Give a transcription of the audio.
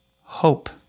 hope